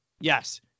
Yes